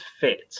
fit